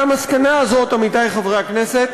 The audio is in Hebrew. והמסקנה הזאת, עמיתי חברי הכנסת,